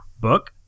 book